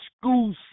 school